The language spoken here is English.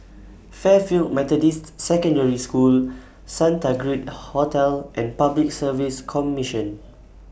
Fairfield Methodist Secondary School Santa Grand Hotel and Public Service Commission